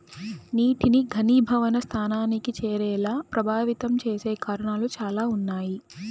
నీటిని ఘనీభవన స్థానానికి చేరేలా ప్రభావితం చేసే కారణాలు చాలా ఉన్నాయి